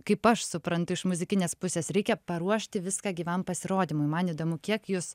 kaip aš suprantu iš muzikinės pusės reikia paruošti viską gyvam pasirodymui man įdomu kiek jūs